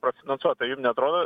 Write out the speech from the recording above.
prafinansuota jum neatrodo